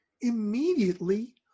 immediately